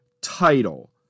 title